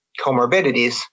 comorbidities